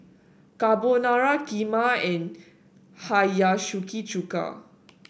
Carbonara Kheema and Hiyashi Chuka